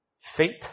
Faith